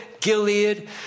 Gilead